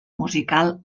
musical